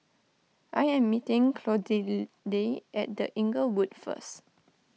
I am meeting Clotilde at the Inglewood first